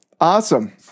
Awesome